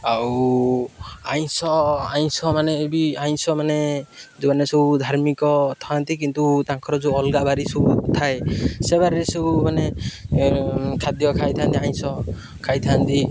ଆଉ ଆଇଁଷ ଆଇଁଷ ମାନ ବି ଆଇଁଷ ମାନେ ଯେଉଁମାନେ ସବୁ ଧାର୍ମିକ ଥାଆନ୍ତି କିନ୍ତୁ ତାଙ୍କର ଯେଉଁ ଅଲଗା ବାରି ସବୁ ଥାଏ ସେ ବାରିରେ ସବୁ ମାନେ ଖାଦ୍ୟ ଖାଇଥାନ୍ତି ଆଇଁଷ ଖାଇଥାନ୍ତି